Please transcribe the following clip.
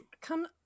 Come